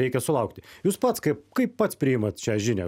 reikia sulaukti jūs pats kaip kaip pats priimat šią žinią